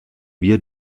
wir